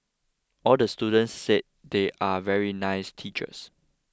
all the students said they are very nice teachers